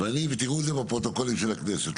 תיראו את זה בפרוטוקולים של הכנסת.